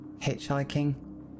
hitchhiking